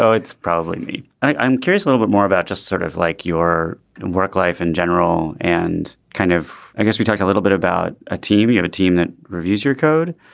so it's probably me. i'm curious a little bit more about just sort of like your work life in general and kind of i guess we talked a little bit about a team of a team that reviews your code.